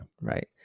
right